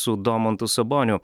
su domantu saboniu